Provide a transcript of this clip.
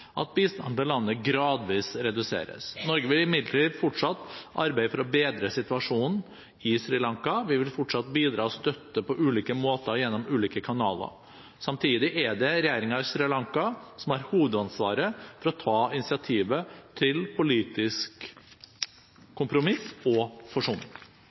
at bistanden til landet gradvis reduseres. Norge vil imidlertid fortsatt arbeide for å bedre situasjonen på Sri Lanka. Vi vil fortsatt bidra til støtte på ulike måter gjennom ulike kanaler. Samtidig er det regjeringen på Sri Lanka som har hovedansvaret for å ta initiativet til politisk kompromiss og forsoning.